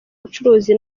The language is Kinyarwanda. ubucuruzi